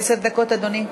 עשר דקות, אדוני.